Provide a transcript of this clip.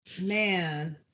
Man